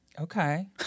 Okay